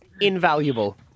invaluable